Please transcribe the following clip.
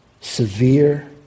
severe